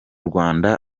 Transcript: rwanda